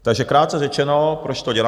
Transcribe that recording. Takže krátce řečeno, proč to dělám?